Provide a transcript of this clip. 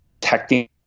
protecting